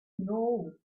know